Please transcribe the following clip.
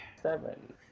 Seven